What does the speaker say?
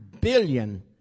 billion